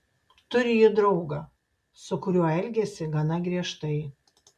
turi ji draugą su kuriuo elgiasi gana griežtai